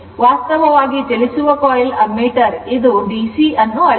ವಾಸ್ತವವಾಗಿ ಚಲಿಸುವ coil ammeter ಇದು ಡಿಸಿ ಅನ್ನು ಅಳೆಯುತ್ತದೆ